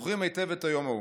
זוכרים היטב את היום ההוא.